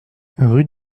rue